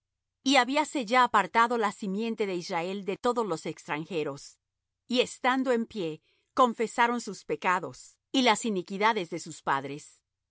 y habíase ya apartado la simiente de israel de todos los extranjeros y estando en pie confesaron sus pecados y las iniquidades de sus padres